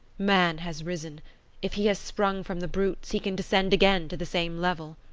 man has risen if he has sprung from the brutes, he can descend again to the same level.